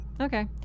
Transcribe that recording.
Okay